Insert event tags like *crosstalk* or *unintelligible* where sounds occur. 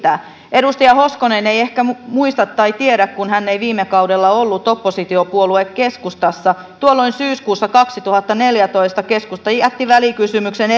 edustaja hoskonen ei ehkä muista tai tiedä kun hän ei viime kaudella ollut oppositiopuolue keskustassa että tuolloin syyskuussa kaksituhattaneljätoista keskusta jätti välikysymyksen *unintelligible*